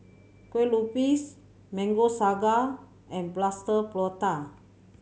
Kueh Lupis Mango Sago and Plaster Prata